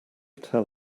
tell